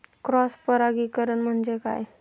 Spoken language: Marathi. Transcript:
क्रॉस परागीकरण म्हणजे काय?